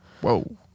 Whoa